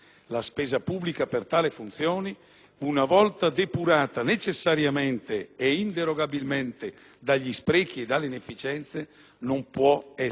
una volta depurata necessariamente e inderogabilmente dagli sprechi e dalle inefficienze, non può essere ulteriormente comprimibile.